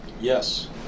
Yes